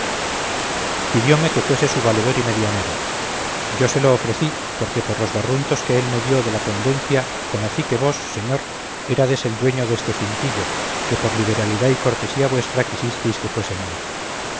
pidióme que fuese su valedor y medianero yo se lo ofrecí porque por los barruntos que él me dio de la pendencia conocí que vos señor érades el dueño deste cintillo que por liberalidad y cortesía vuestra quisistes que fuese mío